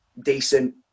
decent